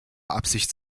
absicht